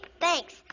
thanks